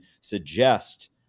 suggest